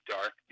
Dark